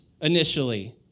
initially